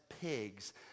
pigs